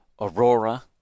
Aurora